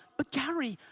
but gary,